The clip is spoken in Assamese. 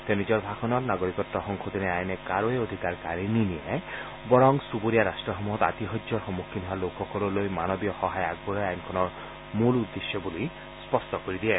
তেওঁ নিজৰ ভাষণত নাগৰিকত্ব সংশোধনী আইনে কাৰোৱে অধিকাৰ কাঢ়ি নিনিয়ে বৰং চুবুৰীয়া ৰাষ্ট্ৰসমূহত আতিশয্যৰ সন্মুখীন হোৱা লোকসকললৈ মানৱীয় সহায় আগবঢ়োৱাই আইনখনৰ মূল উদ্দেশ্য বুলি স্পষ্ট কৰি দিয়ে